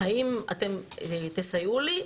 האם תסייעו לי?